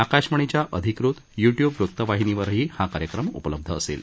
आकाशवाणीच्या अधिकृत YouTube वृतवाहिनीवरही हा कार्यक्रम उपलब्ध असेल